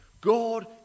God